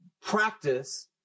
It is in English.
practice